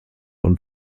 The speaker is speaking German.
und